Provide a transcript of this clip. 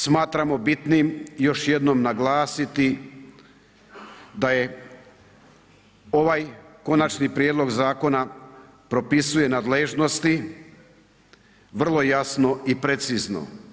Smatramo bitnim još jednom naglasiti da je ovaj Konačni prijedlog zakona propisuje nadležnost, vrlo jasno i precizno.